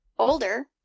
older